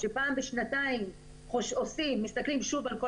שאומר שפעם בשנתיים מסתכלים שוב על כל